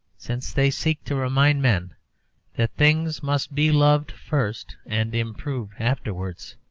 since they seek to remind men that things must be loved first and improved afterwards.